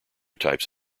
types